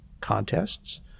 contests